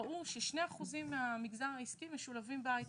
ראו ש-2% מהמגזר העסקי משולבים בהייטק.